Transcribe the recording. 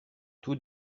tout